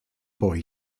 boy